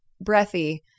breathy